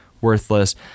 Worthless